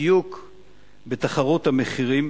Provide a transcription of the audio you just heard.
בדיוק בתחרות המחירים.